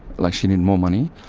like she needed more money.